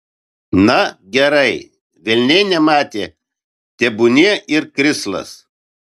na gerai velniai nematė tebūnie ir krislas